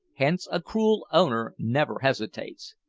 hence a cruel owner never hesitates.